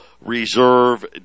Reserve